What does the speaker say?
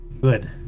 Good